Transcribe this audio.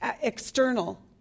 external